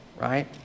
right